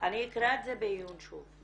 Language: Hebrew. אני אקרא את זה בעיון שוב,